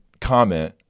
comment